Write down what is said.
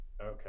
Okay